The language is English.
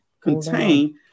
contain